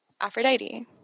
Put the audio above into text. Aphrodite